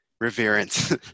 reverence